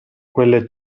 quelle